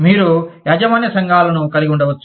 మీరు యాజమాన్య సంఘాలను కూడా కలిగి ఉండవచ్చు